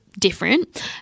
Different